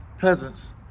peasants